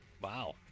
Wow